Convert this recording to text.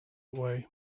way